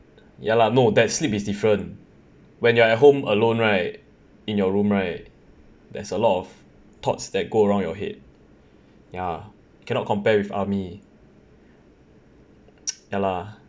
ya lah no that sleep is different when you're at home alone right in your room right there's a lot of thoughts that go around your head ya cannot compare with army ya lah